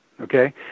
okay